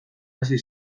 hasi